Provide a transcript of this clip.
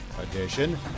edition